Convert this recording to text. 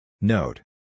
Note